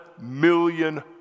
million